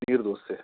ನೀರು ದೋಸೆ